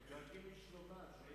דואגים לשלומם.